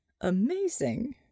Amazing